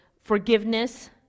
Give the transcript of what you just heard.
forgiveness